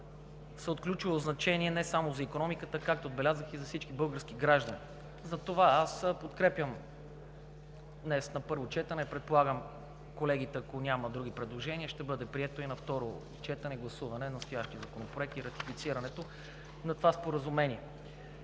са от ключово значение не само за икономиката, а както отбелязах, и за всички български граждани. Затова днес подкрепям на първо четене, а предполагам колегите, ако няма други предложения, ще бъде приет на първо четене и гласуване настоящият законопроект и ратифицирането на Споразумението.